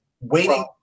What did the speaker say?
waiting